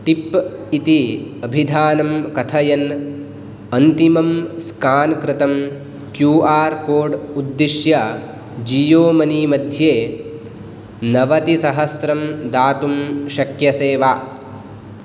tip इति अभिधानं कथयन् अन्तिमं स्कान् कृतं क्यू आर् कोड् उद्दिश्य जीयो मनी मध्ये नवतिसहस्रं दातुं शक्यसे वा